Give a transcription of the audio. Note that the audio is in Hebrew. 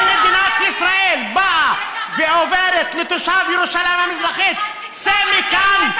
אם מדינת ישראל באה ואומרת לתושב ירושלים המזרחית: צא מכאן,